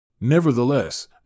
Nevertheless